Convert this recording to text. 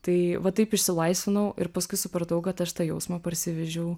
tai vat taip išsilaisvinau ir paskui supratau kad aš tą jausmą parsivežiau